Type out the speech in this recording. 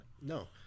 No